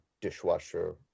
dishwasher